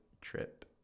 Trip